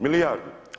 Milijardu.